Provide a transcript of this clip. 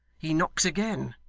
he knocks again.